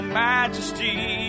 majesty